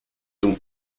donc